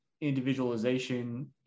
individualization